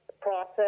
process